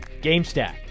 GameStack